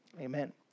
Amen